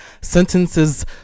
sentences